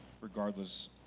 regardless